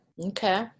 Okay